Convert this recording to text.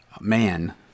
man